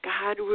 God